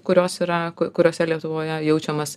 kurios yra kuriose lietuvoje jaučiamas